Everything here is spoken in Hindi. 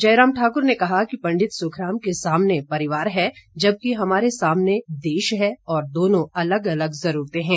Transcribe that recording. जयराम ठाकुर ने कहा कि पंडित सुखराम के सामने परिवार है जबकि हमारे सामने देश है और दोनों अलग अलग जरूरते हैं